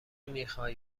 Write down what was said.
میخوایی